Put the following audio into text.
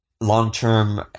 long-term